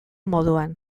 moduan